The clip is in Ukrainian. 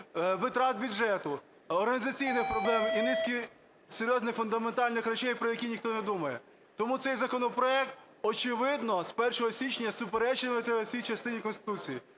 витрат бюджету, організаційних проблем і низки серйозних фундаментальних речей, про які ніхто не думає. Тому цей законопроект, очевидно, з 1 січня суперечитиме цій частині Конституції.